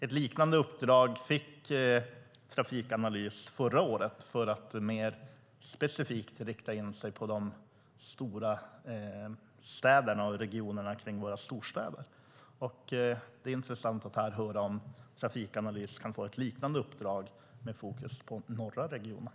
Ett liknande uppdrag fick Trafikanalys förra året för att mer specifikt rikta in sig på de stora städerna och regionerna kring våra storstäder. Det vore intressant att höra om Trafikanalys kan få ett liknande uppdrag med fokus på den norra regionen.